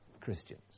Christians